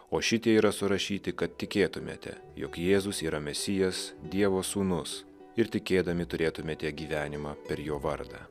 o šitie yra surašyti kad tikėtumėte jog jėzus yra mesijas dievo sūnus ir tikėdami turėtumėte gyvenimą per jo vardą